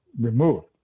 removed